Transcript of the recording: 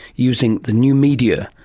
using the new media,